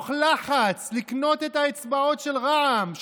מתוך לחץ לקנות את האצבעות של רע"מ,